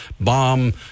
bomb